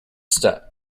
step